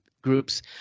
groups